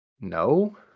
No